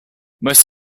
most